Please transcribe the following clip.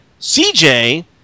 CJ